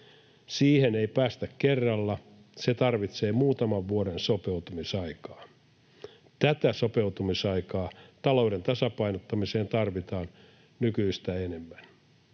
Siihen ei päästä kerralla. Se tarvitsee muutaman vuoden sopeutumisaikaa. Tätä sopeutumisaikaa talouden tasapainottamiseen tarvitaan nykyistä enemmän